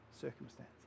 circumstance